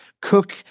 cook